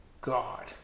God